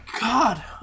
God